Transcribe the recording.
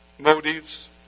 Motives